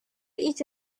each